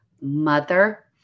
mother